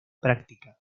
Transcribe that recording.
práctica